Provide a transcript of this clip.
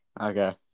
Okay